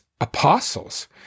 apostles